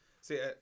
See